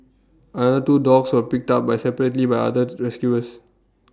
another two dogs were picked up by separately by other the rescuers